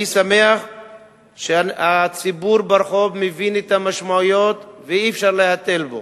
אני שמח שהציבור ברחוב מבין את המשמעויות ואי-אפשר להתל בו.